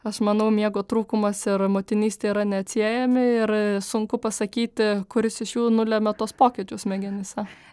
aš manau miego trūkumas ir motinystė yra neatsiejami ir sunku pasakyti kuris iš jų nulemia tuos pokyčius smegenyse